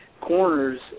corners